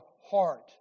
heart